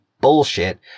bullshit